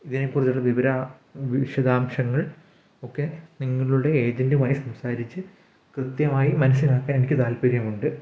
ഇതിനെ കുറിച്ചുള്ള വിവരാ വിശദാംശങ്ങൾ ഒക്കെ നിങ്ങളുടെ ഏജൻറുമായി സംസാരിച്ച് കൃത്യമായി മനസ്സിലാക്കാൻ എനിക്ക് താല്പര്യമുണ്ട്